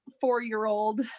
four-year-old